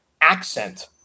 accent